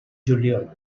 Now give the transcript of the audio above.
juliol